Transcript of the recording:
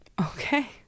Okay